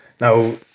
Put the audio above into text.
Now